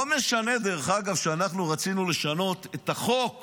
לא משנה, דרך אגב, שאנחנו רצינו לשנות את החוק